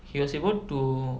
he was able to